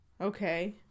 Okay